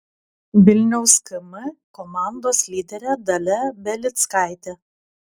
vilniaus km komandos lyderė dalia belickaitė